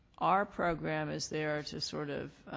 our program is there to sort of